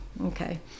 Okay